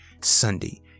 Sunday